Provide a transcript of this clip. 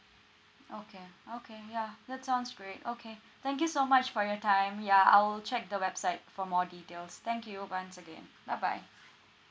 okay okay yeah that sounds great okay thank you so much for your time ya I will check the website for more details thank you once again bye bye